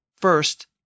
first